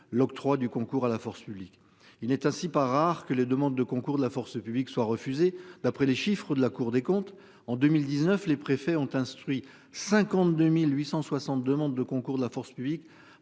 l'octroi du concours à la force publique. Il n'est ainsi pas rare que les demandes de concours de la force publique soit refusé d'après les chiffres de la Cour des comptes en 2019, les préfets ont instruit 52.860 demande le concours de la force publique,